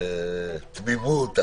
תמימות, אחריות,